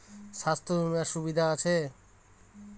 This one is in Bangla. স্বাস্থ্য বিমার সুবিধা আছে?